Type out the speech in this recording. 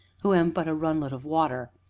who am but a runlet of water.